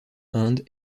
inde